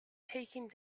taking